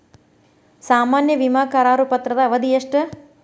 ಸಾಮಾನ್ಯ ವಿಮಾ ಕರಾರು ಪತ್ರದ ಅವಧಿ ಎಷ್ಟ?